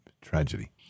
tragedy